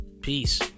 Peace